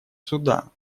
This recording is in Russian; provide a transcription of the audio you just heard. суда